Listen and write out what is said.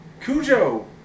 Cujo